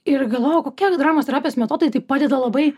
ir galvojau kokie dramos terapijos metodai taip padeda labai